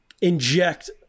inject